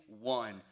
one